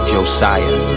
Josiah